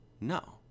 no